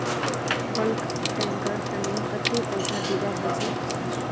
bulk tanker तने कत्ते पैसा दीबा ह छेक